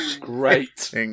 great